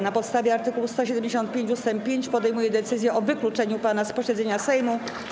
Na postawie art. 175 ust. 5 podejmuję decyzję o wykluczeniu pana z posiedzenia Sejmu.